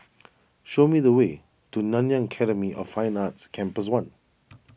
show me the way to Nanyang Academy of Fine Arts Campus one